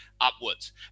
upwards